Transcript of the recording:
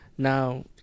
Now